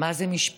מה זו משפחה